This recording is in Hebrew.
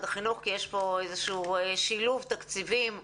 החינוך כי יש פה איזשהו שילוב תפקידים,